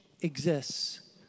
exists